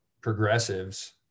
progressives